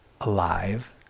alive